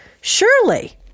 Surely